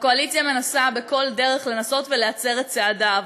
הקואליציה מנסה בכל דרך להצר את צעדיו.